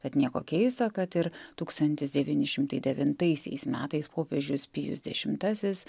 tad nieko keista kad ir tūkstantis devyni šimtai devintaisiais metais popiežius pijus dešimtasis